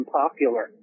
popular